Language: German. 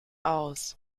aus